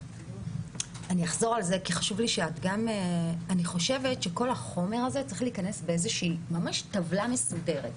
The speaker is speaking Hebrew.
אני חושבת שכל החומר הזה צריך להיכנס בטבלה מסודרת: